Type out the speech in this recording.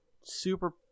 super